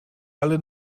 alle